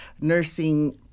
nursing